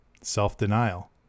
self-denial